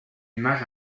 image